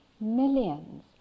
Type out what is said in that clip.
millions